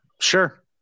sure